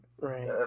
Right